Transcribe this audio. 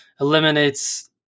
eliminates